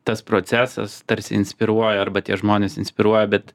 tas procesas tarsi inspiruoja arba tie žmonės inspiruoja bet